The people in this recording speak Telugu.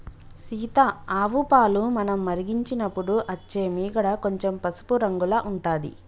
సీత ఆవు పాలు మనం మరిగించినపుడు అచ్చే మీగడ కొంచెం పసుపు రంగుల ఉంటది